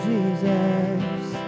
Jesus